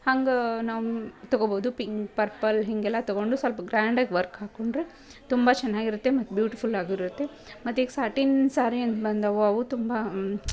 ಹಂಗೆ ನಾವು ತೊಗೋಬೋದು ಪಿಂಕ್ ಪರ್ಪಲ್ ಹೀಗೆಲ್ಲ ತೊಗೊಂಡು ಸ್ವಲ್ಪ ಗ್ರ್ಯಾಂಡಾಗಿ ವರ್ಕ್ ಹಾಕಿಕೊಂಡ್ರೆ ತುಂಬ ಚೆನ್ನಾಗಿರುತ್ತೆ ಮತ್ತು ಬ್ಯೂಟಿಫುಲ್ಲಾಗೂ ಇರುತ್ತೆ ಮತ್ತು ಈಗ ಸಾಟಿನ್ ಸ್ಯಾರಿ ಅಂತ ಬಂದಿವೆ ಅವು ತುಂಬ